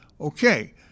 Okay